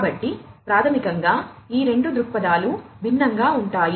కాబట్టి ప్రాథమికంగా ఈ రెండు దృక్పథాలు భిన్నంగా ఉంటాయి